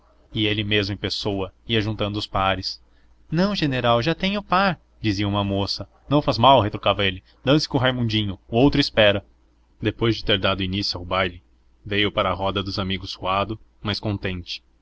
e ele mesmo em pessoa ia juntando os pares não general já tenho par dizia uma moça não faz mal retrucava ele dance com o raimundinho o outro espera depois de ter dado início ao baile veio para a roda dos amigos suando mas contente